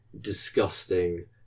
disgusting